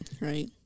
Right